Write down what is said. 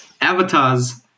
avatars